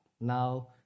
now